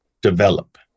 develop